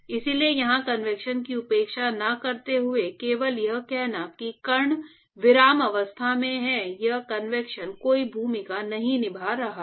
इसलिए यहाँ कन्वेक्शन की उपेक्षा न करते हुए केवल यह कहना कि कण विराम अवस्था में हैं यहाँ कन्वेक्शन कोई भूमिका नहीं निभा रहा है